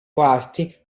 quarti